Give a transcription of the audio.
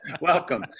welcome